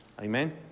Amen